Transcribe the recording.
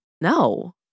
No